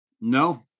No